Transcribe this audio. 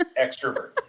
extrovert